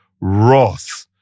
wrath